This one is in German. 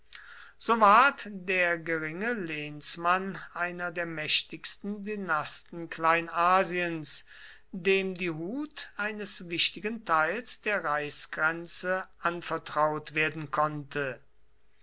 so ward der geringe lehnsmann einer der mächtigsten dynasten kleinasiens dem die hut eines wichtigen teils der reichsgrenze anvertraut werden konnte